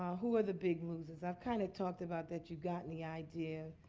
who are the big losers? i've kind of talked about that. you've gotten the idea.